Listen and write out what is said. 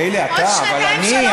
מילא אתה, אבל אני?